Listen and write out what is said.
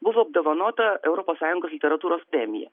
buvo apdovanota europos sąjungos literatūros premija